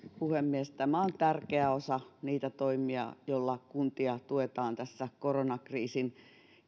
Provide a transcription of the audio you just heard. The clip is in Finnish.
puhemies tämä on tärkeä osa niitä toimia joilla kuntia tuetaan tässä koronakriisin